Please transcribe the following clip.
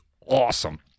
awesome